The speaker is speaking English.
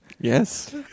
Yes